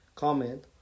comment